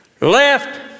Left